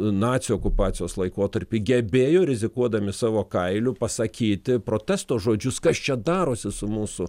nacių okupacijos laikotarpį gebėjo rizikuodami savo kailiu pasakyti protesto žodžius kas čia darosi su mūsų